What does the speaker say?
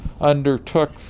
undertook